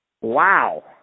Wow